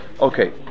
okay